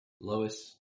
Lois